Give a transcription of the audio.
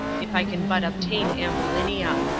if i can but obtain ambulinia.